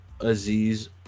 Aziz